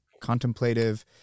contemplative